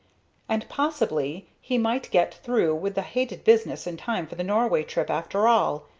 and possibly he might get through with the hated business in time for the norway trip after all,